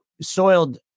soiled